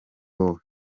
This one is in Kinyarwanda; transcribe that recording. wowe